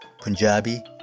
Punjabi